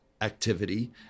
activity